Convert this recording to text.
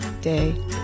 day